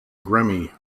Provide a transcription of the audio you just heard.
grammy